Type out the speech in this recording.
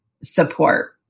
support